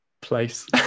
place